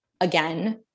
again